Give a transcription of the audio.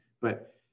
but-